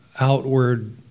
outward